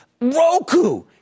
Roku